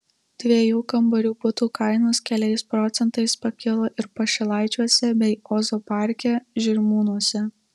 dviejų kambarių butų kainos keliais procentais pakilo ir pašilaičiuose bei ozo parke žirmūnuose